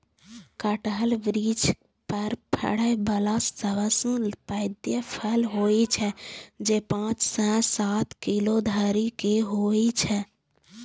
कटहल वृक्ष पर फड़ै बला सबसं पैघ फल होइ छै, जे पांच सं सात किलो धरि के होइ छै